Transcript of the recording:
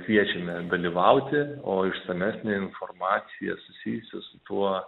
kviečiame dalyvauti o išsamesnę informaciją susijusią su tuo